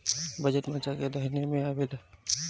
budget March के महिना में आवेला